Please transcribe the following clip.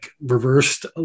reversed